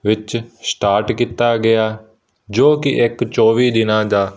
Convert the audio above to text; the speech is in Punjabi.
ਵਿੱਚ ਸਟਾਰਟ ਕੀਤਾ ਗਿਆ ਜੋ ਕਿ ਇੱਕ ਚੌਵੀ ਦਿਨਾਂ ਦਾ